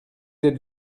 êtes